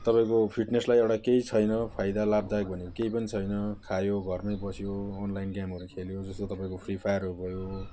तपाईँको फिट्नेसलाई एउटा केही छैन फाइदा लाभदायक भनेको केही पनि छैन खायो घरमै बस्यो अनलाइन गेमहरू खेल्यो जस्तो तपाईँको फ्री फायरहरू भयो